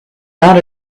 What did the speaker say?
not